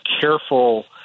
careful